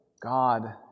God